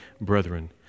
brethren